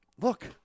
Look